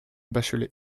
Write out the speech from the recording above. bachelay